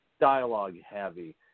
dialogue-heavy